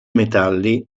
metalli